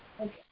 okay